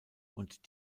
und